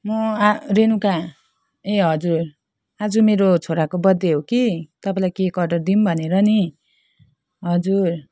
म आ रेनुका ए हजुर आज मेरो छोराको बर्थ डे हो की तपाईँलाई केक अर्डर दिऊँ भनेर नि हजुर